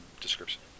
description